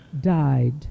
died